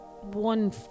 one